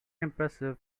impressive